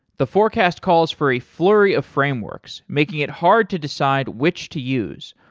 the forecast calls for a flurry of frameworks making it hard to decide which to use,